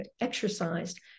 exercised